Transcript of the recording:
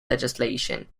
legislation